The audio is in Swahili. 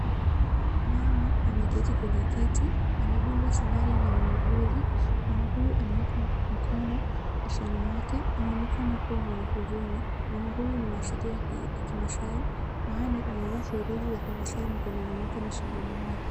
Mama ameketi kwenye kiti anadungwa sindani na muuguzi. Mama huyu ameweka mkono usoni mwake. Anaonekana kuwa mwenye huzuni. Mama huyu ni wa asilia ya ki kimaasai maana amevaa shirizi za kimasai mkononi mwake na shingoni mwake.